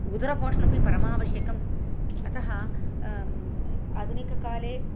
उदरपोषणमपि परमावश्यकं अतः आधुनिककाले